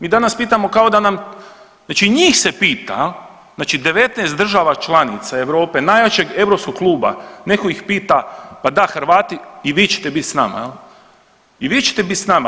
Mi danas pitamo kao da nam, znači njih se pita, znači 19 država članica Europe, najjačeg europskog kluba neko ih pita, pa da Hrvati i vi ćete biti s nama, i vi ćete biti s nama.